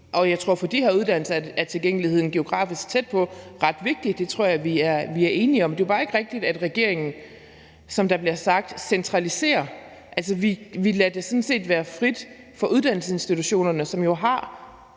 Og jeg tror, at for de her uddannelser er en tilgængelighed tæt på ret vigtig. Det tror jeg vi er enige om. Det er bare ikke rigtigt, at regeringen, som der bliver sagt, centraliserer. Vi lader det sådan set være frit for uddannelsesinstitutionerne, som jo har